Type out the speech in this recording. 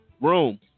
room